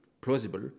plausible